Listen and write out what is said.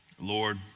Lord